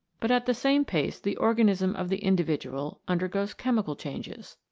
but at the same pace the organism of the in dividual undergoes chemical changes.